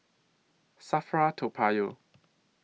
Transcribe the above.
SAFRA Toa Payoh